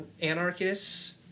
anarchists